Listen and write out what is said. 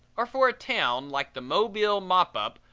or for a town, like the mobile mop-up,